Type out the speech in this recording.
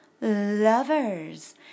lovers